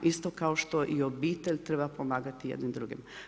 Isto kao što i obitelj treba pomagati jedni drugima.